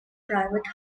private